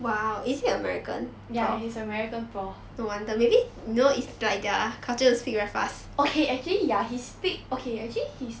ya he's american prof okay actually ya he speak okay actually he's